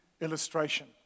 illustration